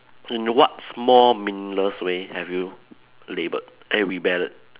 in what small meaningless way have you labelled eh rebelled